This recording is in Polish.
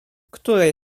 której